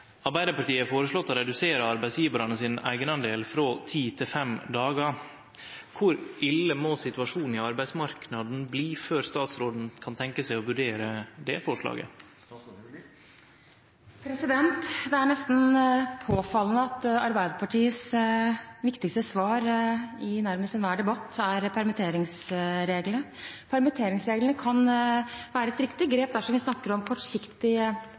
har foreslått å redusere arbeidsgjevarane sin eigenandel frå 10 til 5 dagar. Kor ille må situasjonen i arbeidsmarknaden bli før statsråden kan tenkje seg å vurdere dette forslaget?» Det er nesten påfallende at Arbeiderpartiets viktigste svar i nærmest enhver debatt er permitteringsreglene. Permitteringer kan være et riktig grep dersom vi snakker om kortsiktig